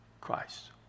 Christ